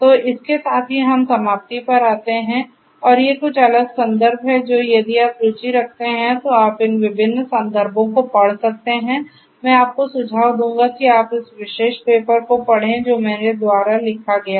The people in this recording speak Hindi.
तो इसके साथ ही हम समाप्ति पर आते हैं और ये कुछ अलग संदर्भ हैं जो कि यदि आप रुचि रखते हैं तो आप इन विभिन्न संदर्भों को पढ़ सकते हैं मैं आपको सुझाव दूंगा कि आप इस विशेष पेपर को पढ़ें जो मेरे द्वारा लिखा गया था